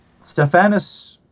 Stephanus